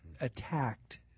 attacked